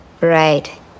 right